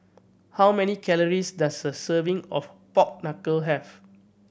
how many calories does a serving of pork knuckle have